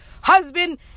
husband